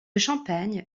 champagne